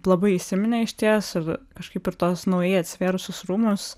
labai įsiminė išties ir kažkaip ir tuos naujai atsivėrusius rūmus